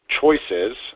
choices